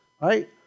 right